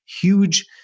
Huge